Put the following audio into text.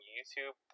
YouTube